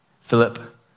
Philip